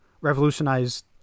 revolutionized